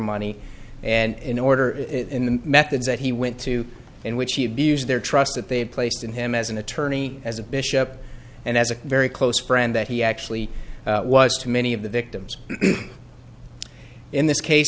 money and in order in the methods that he went to in which he abused their trust that they had placed in him as an attorney as a bishop and as a very close friend that he actually was to many of the victims in this case